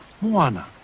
Moana